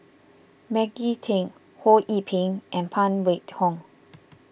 Maggie Teng Ho Yee Ping and Phan Wait Hong